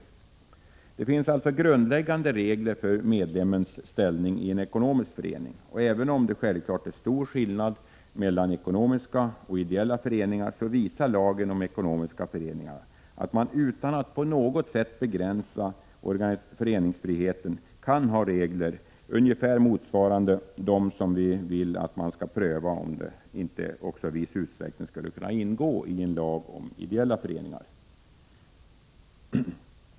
Det finns alltså grundläggande regler för medlemmens ställning i en ekonomisk förening. Även om det självfallet är stor skillnad mellan ekonomiska och ideella föreningar, visar lagen om ekonomiska föreningar att man där utan att på något sätt begränsa föreningsfriheten kan ha regler ungefär motsvarande dem vi vill att man skall pröva vad gäller en lag om ideella föreningar.